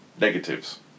negatives